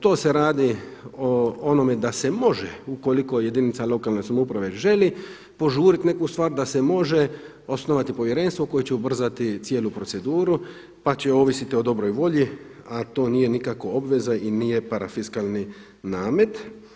To se radi o onome da se može ukoliko jedinica lokalne samouprave želi požuriti neku stvar da se može osnovati povjerenstvo koje će ubrzati cijelu proceduru pa će ovisiti o dobroj volji, a to nije nikako obveza i nije parafiskalni namet.